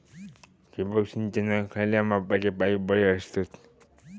ठिबक सिंचनाक खयल्या मापाचे पाईप बरे असतत?